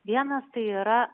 vienas tai yra